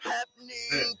Happening